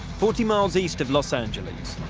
forty miles east of los angeles.